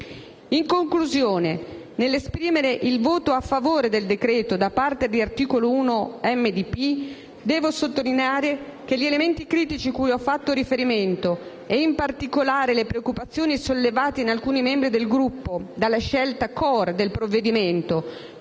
In conclusione, nell'esprimere il voto a favore del decreto-legge da parte del Gruppo Articolo 1 - MPD, devo sottolineare che gli elementi critici a cui ho fatto riferimento e, in particolare, le preoccupazioni sollevate in alcuni membri del Gruppo dalla scelta *core* del provvedimento,